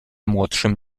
młodszym